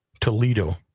Toledo